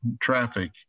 traffic